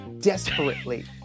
Desperately